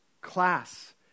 class